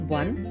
one